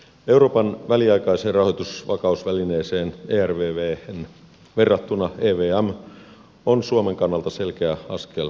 euroopan väliaikaiseen rahoitusvakausvälineeseen ervvhen verrattuna evm on suomen kannalta selkeä askel parempaan suuntaan